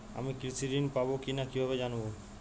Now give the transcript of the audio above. আমি কৃষি ঋণ পাবো কি না কিভাবে জানবো?